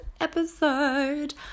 episode